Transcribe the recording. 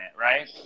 right